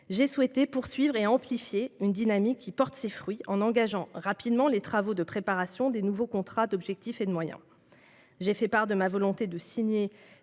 j'ai souhaité poursuivre et amplifier une dynamique qui porte ses fruits, en engageant rapidement les travaux de préparation des nouveaux contrats d'objectifs et de moyens. J'ai fait part de ma volonté de signer